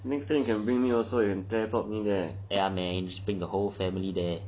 next time you can bring me also and teleport me there